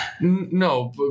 No